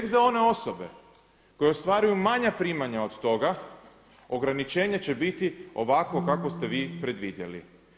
Tek za one osobe koje ostvaruju manja primanja od toga ograničenje će biti ovakvo kakvo ste vi predvidjeli.